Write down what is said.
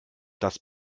das